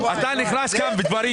אתה נכנס כאן לדברים